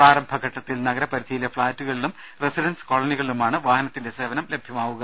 പ്രാരംഭഘട്ടത്തിൽ നഗരപരിധിയിലെ ഫ്ളാറ്റുകളിലും റെസിഡന്റ്സ് കോളനികളിലൂമാണ് വാഹനത്തിന്റെ സേവനം ലഭ്യമാവുക